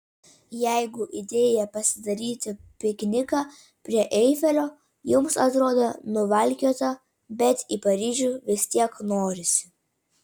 jeigu idėja pasidaryti pikniką prie eifelio jums atrodo nuvalkiota bet į paryžių vis tiek norisi